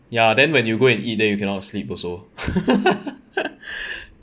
ya then when you go and eat then you cannot sleep also